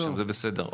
זה בסדר.